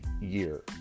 year